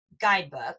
guidebook